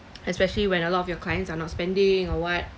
especially when a lot of your clients are not spending or what